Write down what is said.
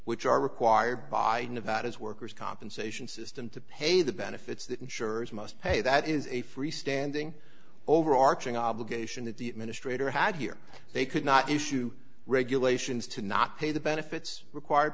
which are required by nevada's workers compensation system to pay the benefits that insurers must pay that is a freestanding overarching obligation that the administrator had here they could not issue regulations to not pay the benefits required